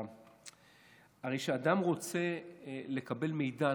הרי כשאדם רוצה לקבל מידע,